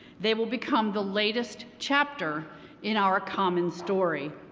they will become the latest chapter in our common story.